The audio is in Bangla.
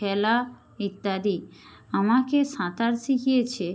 খেলা ইত্যাদি আমাকে সাঁতার শিখিয়েছে